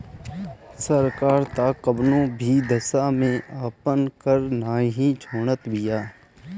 सरकार तअ कवनो भी दशा में आपन कर नाइ छोड़त बिया